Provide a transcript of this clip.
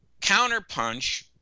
Counterpunch